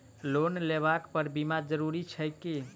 Loan लेबऽ पर बीमा जरूरी छैक की?